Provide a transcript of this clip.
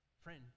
Friend